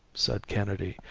said kennedy.